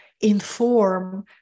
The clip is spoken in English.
inform